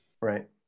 right